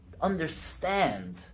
understand